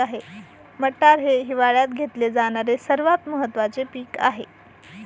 मटार हे हिवाळयात घेतले जाणारे सर्वात महत्त्वाचे पीक आहे